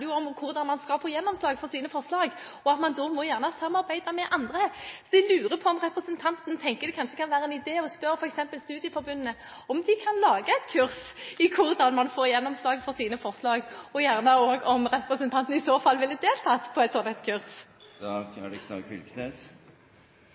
handler jo om hvordan man skal få gjennomslag for sine forslag, og at man da gjerne må samarbeide med andre. Jeg lurer på om representanten tenker at det kanskje kan være en idé å spørre f.eks. Studieforbundet om de kan lage et kurs i hvordan man får gjennomslag for sine forslag, og om representanten i så fall vil delta på et